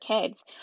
kids